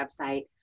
website